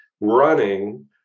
running